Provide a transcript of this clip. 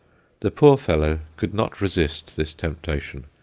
the poor fellow could not resist this temptation.